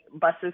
buses